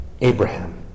Abraham